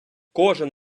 кожен